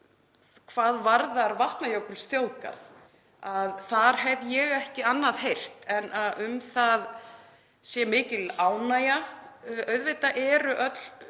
hvað varðar Vatnajökulsþjóðgarð. Þar hef ég ekki annað heyrt en að um hann sé mikil ánægja. Auðvitað eru öll